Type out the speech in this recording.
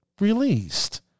released